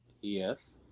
Yes